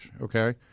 okay